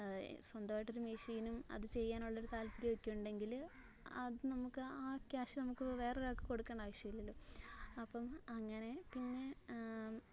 സ്വന്തമായിട്ട് ഒരു മെഷീനും അത് ചെയ്യാനുള്ള ഒരു താൽപ്പര്യമൊക്കെ ഉണ്ടെങ്കിൽ അത് നമുക്ക് ക്യാഷ് നമുക്ക് വേറെ വേറെ ഒരാൾക്ക് ഒരാൾക്ക് കൊടുക്കേണ്ട ആവിശ്യം ഇല്ലല്ലോ അപ്പം അങ്ങനെ പിന്നെ